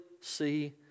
see